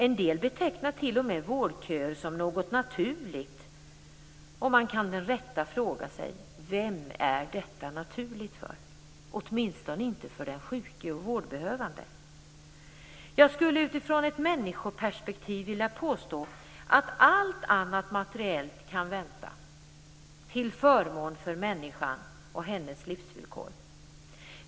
En del betecknar t.o.m. vårdköer som något naturligt, och man kan med rätta fråga sig vem det är naturligt för. Åtminstone inte för den sjuke och vårdbehövande! Jag skulle utifrån ett männsikoperspektiv vilja påstå att allt annat materiellt kan vänta till förmån för människan och hennes livsvillkor.